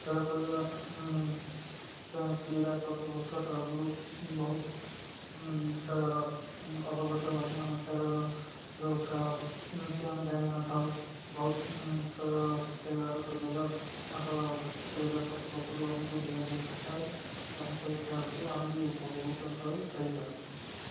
ଖେଳ ପଡ଼ିିଆ କ୍ରୀଡ଼ାର କତ୍ତୃପକ୍ଷ ତରଫରୁ ବହୁତ ଖେଳର ଅବଗତ ମାନେ ଖେଳର ଯେଉଁ ଖେଳ କି ଆମେ ଜାଣିନଥାଉ ବହୁତ ଖେଳ ଖେଳିବାର ସୁଯୋଗ ତାଙ୍କ କ୍ରୀଡ଼ାର କତ୍ତୃପକ୍ଷରୁ ଆମକୁ ଦିଆଯାଇଥାଏ ଏବଂ ସେ ଖେଳକୁ ଆମେ ବି ଉପଭୋଗ କରିପାରୁ ଖେଳିପାରୁ